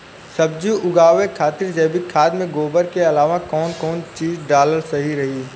सब्जी उगावे खातिर जैविक खाद मे गोबर के अलाव कौन कौन चीज़ डालल सही रही?